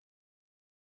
ya